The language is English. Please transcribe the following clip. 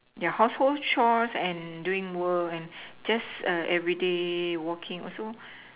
yeah household chores and doing work and just err everyday working also